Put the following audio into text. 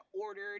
ordered